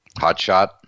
hotshot